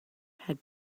had